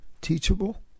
teachable